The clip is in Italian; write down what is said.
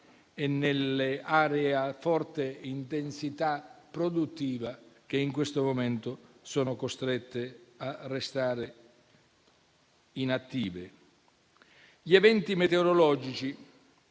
e nelle aree a forte intensità produttiva, che in questo momento sono costrette a restare inattive. Gli eventi meteorologici